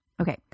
Okay